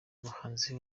abahanzi